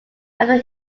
after